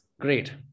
great